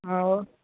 ఓక్